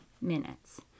minutes